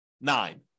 nine